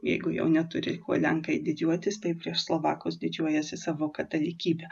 jeigu jau neturi kuo lenkai didžiuotis tai prieš slovakus didžiuojasi savo katalikybe